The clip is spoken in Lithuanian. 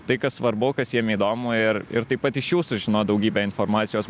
tai kas svarbu kas jiem įdomu ir ir taip pat iš jų sužinot daugybę informacijos